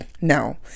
No